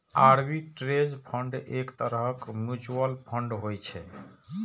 arbitrage fund एक तरहक mutual fund होइ छै